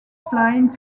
flying